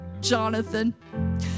Jonathan